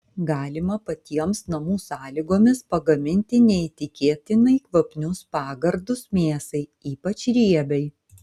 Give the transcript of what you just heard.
galima patiems namų sąlygomis pagaminti neįtikėtinai kvapnius pagardus mėsai ypač riebiai